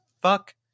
fuck